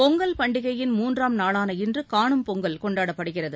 பொங்கல் பண்டிகையின் மூன்றாம் நாளான இன்று காணும் பொங்கல் கொண்டாடப்படுகிறது